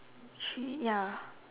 three ya